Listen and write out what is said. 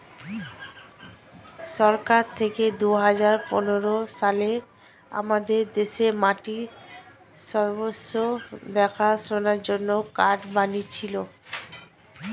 সরকার থেকে দুহাজার পনেরো সালে আমাদের দেশে মাটির স্বাস্থ্য দেখাশোনার জন্যে কার্ড বানিয়েছিলো